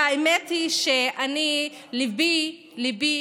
והאמת היא שליבי ליבי,